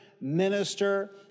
minister